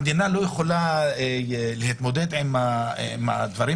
המדינה לא יכולה להתמודד עם הדברים